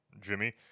Jimmy